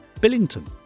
Billington